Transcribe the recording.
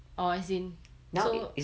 orh so as so